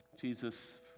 Jesus